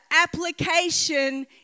application